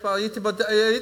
כבר הייתי בתהליך.